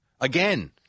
Again